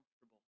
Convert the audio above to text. comfortable